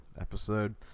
episode